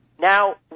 Now